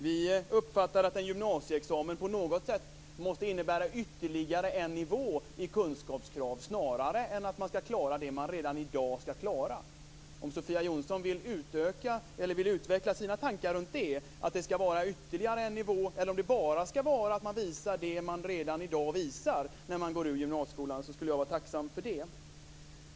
Vi uppfattar att en gymnasieexamen på något sätt måste innebära ytterligare en nivå i kunskapskraven snarare än att man skall klara det man redan i dag skall klara. Om Sofia Jonsson vill utveckla sina tankar om att det skall vara ytterligare en nivå eller om man bara skall visa det man redan i dag visar när man går ut gymnasieskolan, skulle jag vara tacksam för det.